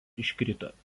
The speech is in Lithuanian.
iškrito